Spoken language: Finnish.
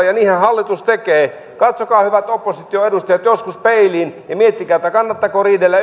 ja niinhän hallitus tekee katsokaa hyvät opposition edustajat joskus peiliin ja miettikää kannattaako riidellä